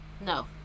No